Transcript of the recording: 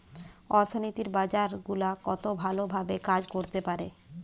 অর্থনীতির বাজার গুলা কত ভালো ভাবে কাজ করতে পারে